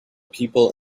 people